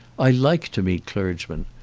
i like to meet clergymen.